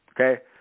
okay